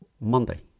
Monday